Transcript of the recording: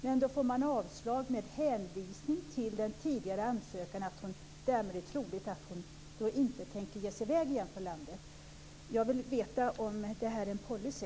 Men då får hon avslag med hänvisning till den tidigare ansökan, att det därmed är troligt att hon inte tänker ge sig i väg igen från landet. Jag vill veta om det här är en policy.